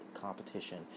competition